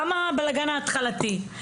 למה הבלגאן ההתחלתי?